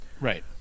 Right